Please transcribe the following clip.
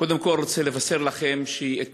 קודם כול אני רוצה לבשר לכם שאתמול